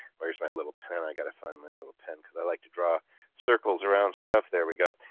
where's my little pen, i got to find my little pen because i like to draw circles around stuff. there we go.